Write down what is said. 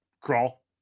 Crawl